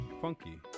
funky